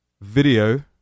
video